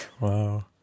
wow